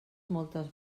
moltes